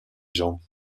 jambes